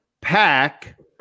pack